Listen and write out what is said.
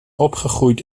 opgegroeid